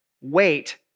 Wait